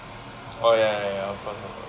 oh ya ya ya ya of course